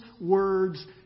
words